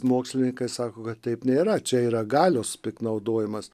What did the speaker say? mokslininkai sako kad taip nėra čia yra galios piktnaudojimas